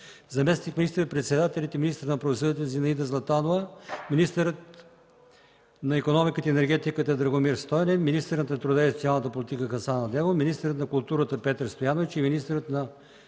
заместник министър-председателят и министър на правосъдието Зинаида Златанова, министърът на икономиката и енергетиката Драгомир Стойнев, министърът на труда и социалната политика Хасан Адемов, министърът на културата Петър Стоянович и министърът на